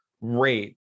rate